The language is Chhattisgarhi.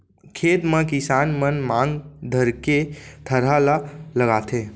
खेत म किसान मन मांग धरके थरहा ल लगाथें